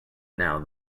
now